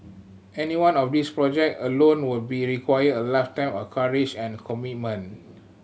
any one of these project alone would be required a lifetime of courage and commitment